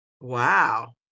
Wow